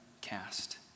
cast